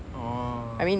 oh